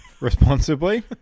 Responsibly